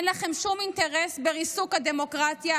אין לכם שום אינטרס בריסוק הדמוקרטיה,